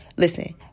Listen